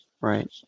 Right